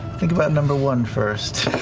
think about number one first.